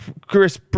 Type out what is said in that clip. Chris